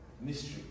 Mystery